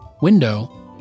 window